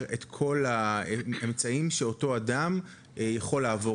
את כל האמצעים שאותו אדם יכול לעבור.